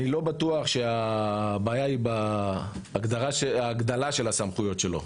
אני לא בטוח שהבעיה היא בהגדלת הסמכויות שלו.